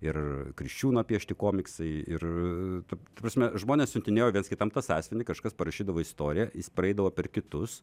ir kriščiūno piešti komiksai ir ta prasme žmonės siuntinėjo viens kitam tą sąsiuvinį kažkas parašydavo istoriją jis praeidavo per kitus